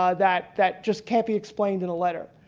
ah that, that just can't be explained in a letter.